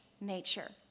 nature